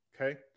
okay